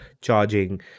charging